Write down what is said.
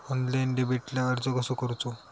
Online डेबिटला अर्ज कसो करूचो?